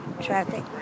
traffic